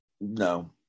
No